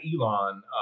Elon